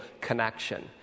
connection